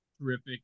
terrific